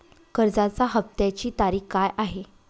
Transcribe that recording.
कर्जाचा हफ्त्याची तारीख काय आहे?